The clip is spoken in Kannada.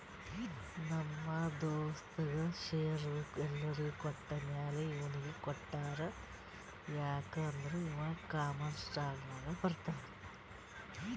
ನಮ್ ದೋಸ್ತಗ್ ಶೇರ್ದು ಎಲ್ಲೊರಿಗ್ ಕೊಟ್ಟಮ್ಯಾಲ ಇವ್ನಿಗ್ ಕೊಟ್ಟಾರ್ ಯಾಕ್ ಅಂದುರ್ ಇವಾ ಕಾಮನ್ ಸ್ಟಾಕ್ನಾಗ್ ಬರ್ತಾನ್